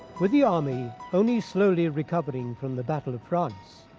with the army only slowly recovering from the battle of france,